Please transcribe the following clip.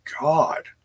God